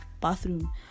bathroom